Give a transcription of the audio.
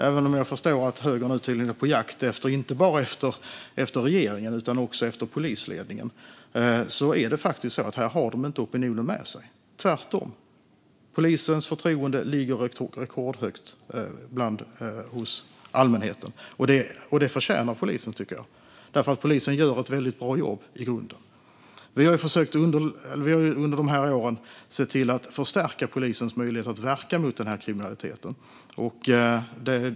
Även om jag förstår att högern nu tydligen är på jakt inte bara efter regeringen utan också efter polisledningen är det faktiskt så: Här har de inte opinionen med sig, tvärtom. Polisens förtroende ligger rekordhögt hos allmänheten. Det tycker jag också att polisen förtjänar, för polisen gör ett i grunden väldigt bra jobb. Vi har under de här åren sett till att förstärka polisens möjligheter att verka mot den här kriminaliteten.